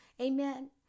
Amen